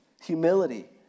humility